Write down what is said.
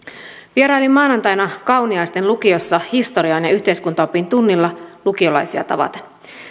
vierailin maanantaina kauniaisten lukiossa historian ja yhteiskuntaopin tunnilla lukiolaisia tavaten